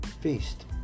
feast